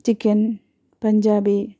chicken Punjabi